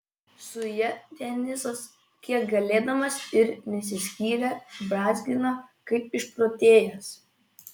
su ja denisas kiek galėdamas ir nesiskyrė brązgino kaip išprotėjęs